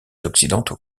occidentaux